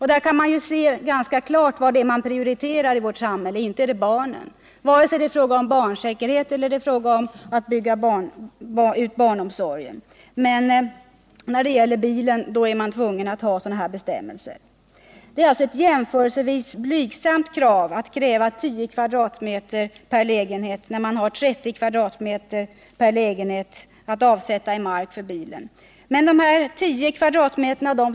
Här kan vi klart se vad det är man prioriterar i vårt samhälle; inte är det barnen, vare sig det är fråga om barnsäkerhet eller om utbyggnad av barnomsorgen. Men när det gäller bilen då är man tvungen att ha sådana bestämmelser. Det är jämförelsevis blygsamt att kräva 10 m? för barnomsorgens behov när man har 30 m? per lägenhet att avsätta i mark för bilen. Dessa 10 m?